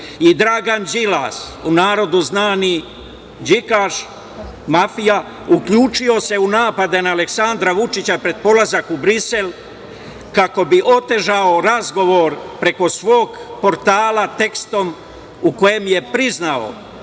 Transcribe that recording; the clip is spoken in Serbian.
i Dragan Đilas, u narodu znani Đikaš mafija, uključio se u napade na Aleksandra Vučića pred polazak u Brisel, kako bi otežao razgovor preko svog portala tekstom u kojem je priznao